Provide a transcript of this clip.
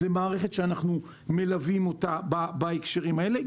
זאת מערכת שאנחנו מלווים בהקשרים האלה.